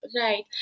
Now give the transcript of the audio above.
Right